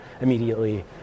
immediately